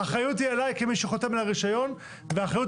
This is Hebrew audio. האחריות היא עליי כמי שחותם על הרישיון והאחריות